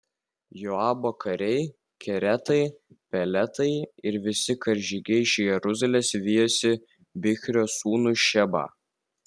joabo kariai keretai peletai ir visi karžygiai iš jeruzalės vijosi bichrio sūnų šebą